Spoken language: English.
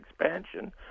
expansion